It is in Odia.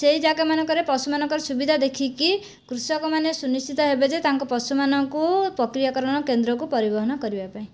ସେଇ ଜାଗା ମାନଙ୍କରେ ପଶୁମାନଙ୍କର ସୁବିଧା ଦେଖିକି କୃଷକ ମାନେ ସୁନିଶ୍ଚିତ ହେବେ ଯେ ତାଙ୍କ ପଶୁମାନଙ୍କୁ ପ୍ରକ୍ରିୟା କରଣ କେନ୍ଦ୍ରକୁ ପରିବହନ କରିବା ପାଇଁ